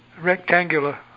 Rectangular